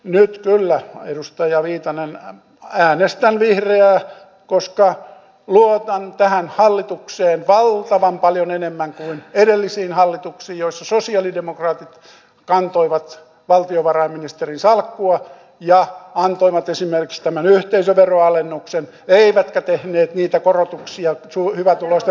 nyt kyllä edustaja viitanen äänestän vihreää koska luotan tähän hallitukseen valtavan paljon enemmän kuin edellisiin hallituksiin joissa sosialidemokraatit kantoivat valtiovarainministerin salkkua ja antoivat esimerkiksi tämän yhteisöveron alennuksen eivätkä tehneet hyvätuloisten verotukseen niitä korotuksia mitä me nyt teemme